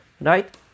right